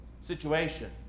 situation